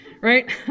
right